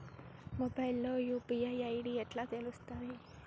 Mobile లో UPI ID ఎట్లా తెలుస్తది?